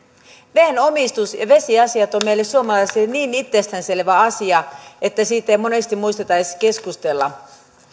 veden omistus ja vesiasiat ovat meille suomalaisille niin itsestäänselvä asia että siitä ei monesti muisteta edes keskustella